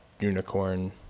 unicorn